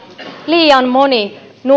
liian moni